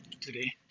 today